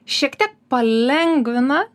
šiek tiek palengvina